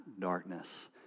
darkness